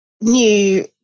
new